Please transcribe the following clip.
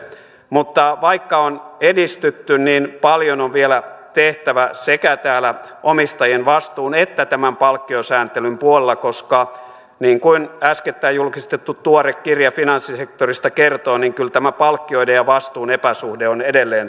mutta vaikka on edistytty paljon on vielä tehtävä sekä omistajien vastuun että palkkiosääntelyn puolella koska niin kuin äskettäin julkistettu tuore kirja finanssisektorista kertoo niin kyllä tämä palkkioiden ja vastuun epäsuhde on edelleen todellisuutta